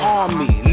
army